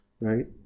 right